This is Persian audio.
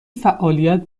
فعالیت